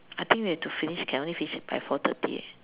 I think we have to finish can only finish by four thirty eh